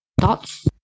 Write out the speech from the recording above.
thoughts